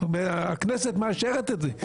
הכנסת מאשרת את זה.